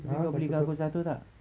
abeh kau belikan aku satu tak